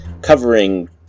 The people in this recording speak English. covering